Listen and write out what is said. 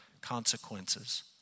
consequences